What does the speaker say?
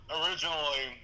originally